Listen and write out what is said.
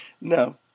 no